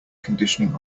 conditioning